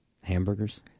Hamburgers